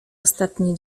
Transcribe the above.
ostatni